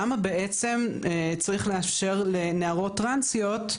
למה בעצם צריך לאפשר לנערות טרנסיות,